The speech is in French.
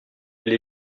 elle